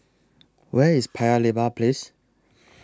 Where IS Paya Lebar Place